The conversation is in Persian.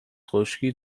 خشکی